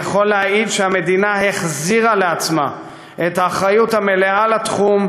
אני יכול להעיד שהמדינה החזירה לעצמה את האחריות המלאה לתחום,